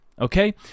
Okay